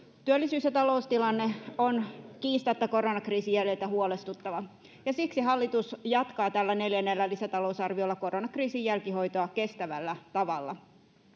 työllisyys ja taloustilanne on kiistatta koronakriisin jäljiltä huolestuttava ja siksi hallitus jatkaa tällä neljännellä lisätalousarviolla koronakriisin jälkihoitoa kestävällä tavalla